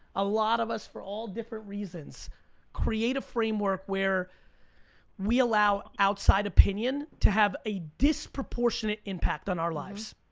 a lot of us for all different reasons create a framework where we allow outside opinion to have a disproportionate impact on our lives.